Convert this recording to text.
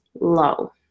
low